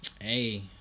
Hey